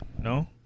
No